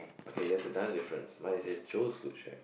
okay there's another difference mine says Joe's food shack